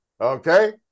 Okay